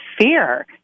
fear